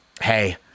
hey